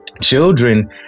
Children